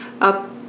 up